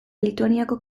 lituaniako